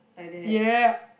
ya